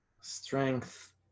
strength